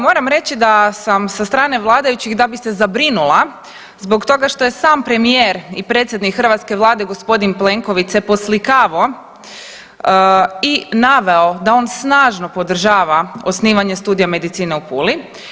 Moram reći da sam sa strane vladajućih da bih se zabrinula zbog toga što je sam premijer i predsjednik hrvatske vlade, gospodin Plenković se poslikavao i naveo da on snažno podržava osnivanje studija medicine u Puli.